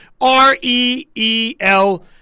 R-E-E-L